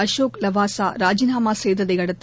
அசோக் லாவாசா ராஜினாமா செய்ததை அடுத்து